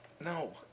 No